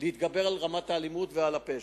להתגבר על רמת האלימות ועל הפשע.